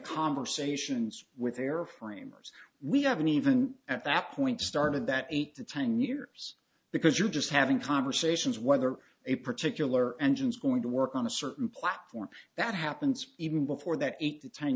conversations with their framers we haven't even at that point started that eight to ten years because you're just having conversations whether a particular engine is going to work on a certain platform that happens even before that eight to ten